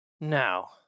Now